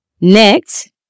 Next